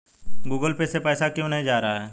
Google Pay से पैसा क्यों नहीं जा रहा है?